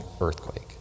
earthquake